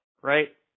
right